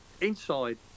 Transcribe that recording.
inside